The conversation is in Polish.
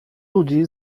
ludzi